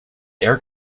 air